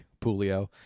Pulio